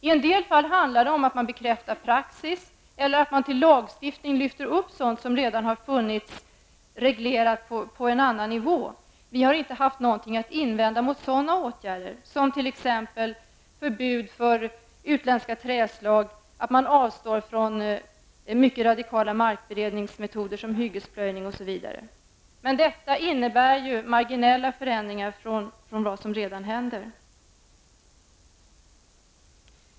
I en del fall handlar det om att man bekräftar praxis eller att man till lagstiftning lyfter upp sådant som redan har varit reglerat på en annan nivå. Vi har inte haft något att invända mot sådana åtgärder, som t.ex. förbud mot utländska trädslag, att man avstår från mycket radikala markberedningsmetoder såsom hyggesplöjning osv. Detta innebär marginella förändringar i förhållande till vad som redan gäller.